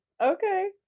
Okay